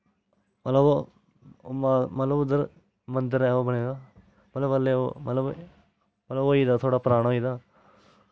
भला ओह् मतलव उद्धर मंदर बने दा मतलव हून ओह् ओह् होईया दा थोह्ड़ा पराना होई दा